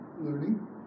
learning